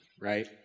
right